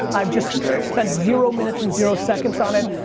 i've just spent zero minutes and zero seconds on it.